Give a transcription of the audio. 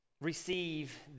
Receive